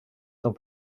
sans